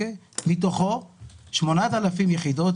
מתוכן 8,000 יחידות